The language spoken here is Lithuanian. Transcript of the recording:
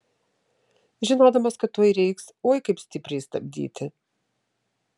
žinodamas kad tuoj reiks oi kaip stipriai stabdyti